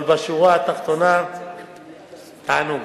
אבל בשורה התחתונה, תענוג.